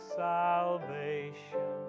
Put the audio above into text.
salvation